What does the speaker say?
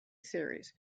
series